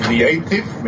creative